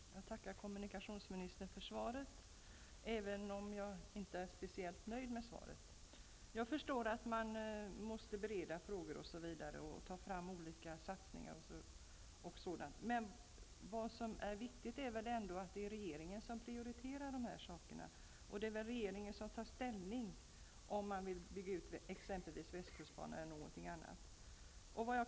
Fru talman! Jag tackar kommunikationsministern för svaret, även om jag inte är speciellt nöjd med svaret. Jag förstår att man måste bereda frågor, ta fram förslag på olika satsningar osv. Det viktigaste är väl ändå att det är regeringen som prioriterar. Det är regeringen som skall ta ställning till om man skall bygga ut västkustbanan eller någon annan led.